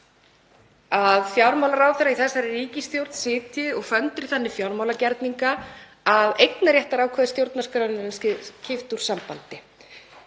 að fjármálaráðherra í þessari ríkisstjórn sitji og föndri þannig fjármálagerninga að eignarréttarákvæði stjórnarskrárinnar sé kippt úr sambandi.